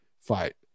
fight